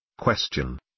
Question